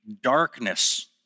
darkness